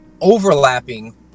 overlapping